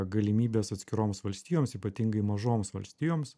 galimybės atskiroms valstijoms ypatingai mažoms valstijoms